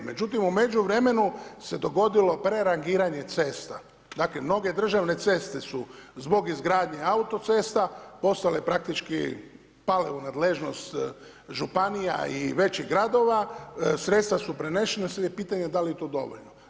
Međutim, u međuvremenu se dogodilo prerangiranje cesta, dakle, mnoge državne ceste su zbog izgradnje autocesta postale praktički, pale u nadležnost županija i većih gradova, sredstva su prenesena, sada je pitanje da li je to dovoljno.